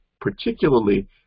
particularly